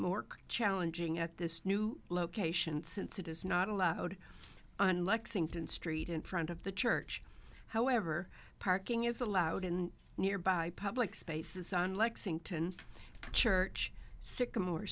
mork challenging at this new location since it is not allowed on lexington street in front of the church however parking is allowed in nearby public spaces on lexington church sycamore